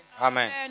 Amen